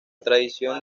tradición